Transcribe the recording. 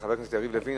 חבר הכנסת יריב לוין.